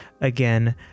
again